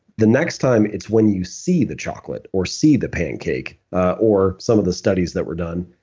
the next time it's when you see the chocolate or see the pancake ah or some of the studies that were done.